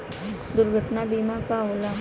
दुर्घटना बीमा का होला?